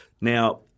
Now